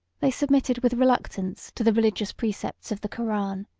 they submitted with reluctance to the religious precepts of the koran,